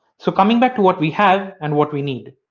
so coming back to what we have and what we need.